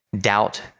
doubt